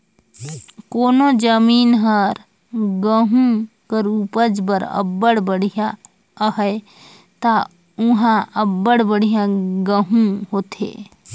कोनो जमीन हर गहूँ कर उपज बर अब्बड़ बड़िहा अहे ता उहां अब्बड़ बढ़ियां गहूँ होथे